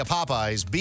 Popeyes